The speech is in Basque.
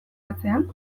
atzean